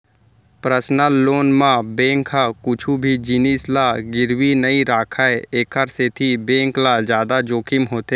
personal loan म bank ह कुछु भी जिनिस ल गिरवी नइ राखय एखर सेती बेंक ल जादा जोखिम होथे